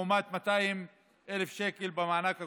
לעומת 200,000 שקלים במענק הקודם,